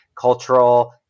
cultural